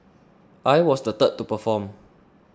I was the third to perform